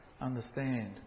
understand